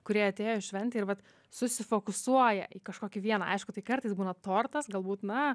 kurie atėjo į šventę ir vat susifokusuoja į kažkokį vieną aišku tai kartais būna tortas galbūt na